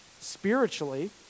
spiritually